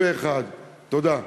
תודה.